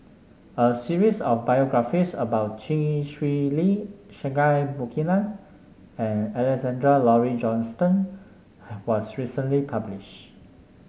a series of biographies about Chee Swee Lee Singai Mukilan and Alexander Laurie Johnston was recently published